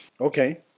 Okay